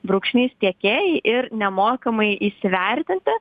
brūkšnys tiekėjai ir nemokamai įsivertinti